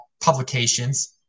publications –